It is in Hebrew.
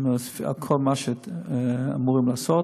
האם הם עושים כל מה שהם אמורים לעשות.